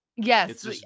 Yes